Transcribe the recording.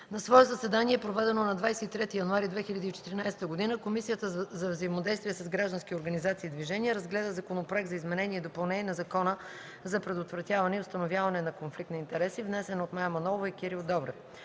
На свое заседание, проведено на 23 януари 2014 г., Комисията за взаимодействие с граждански организации и движения разгледа Законопроекта за изменение и допълнение на Закона за предотвратяване и установяване на конфликт на интереси, внесен от Мая Манолова и Кирил Добрев.